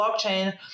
blockchain